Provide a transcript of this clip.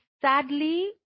sadly